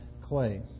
clay